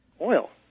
oil